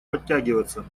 подтягиваться